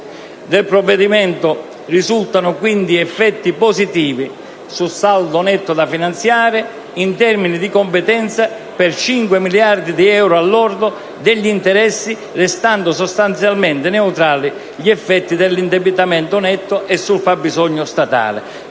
nel complesso, risultano quindi effetti positivi sul saldo netto da finanziare, in termini di competenza, per 5 miliardi di euro al lordo degli interessi, restando sostanzialmente neutrali gli effetti sull'indebitamento netto e sul fabbisogno statale.